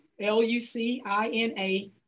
L-U-C-I-N-A